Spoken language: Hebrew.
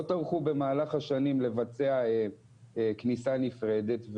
לא טרחו במהלך השנים לבצע כניסה נפרדת,